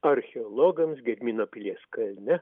archeologams gedimino pilies kalne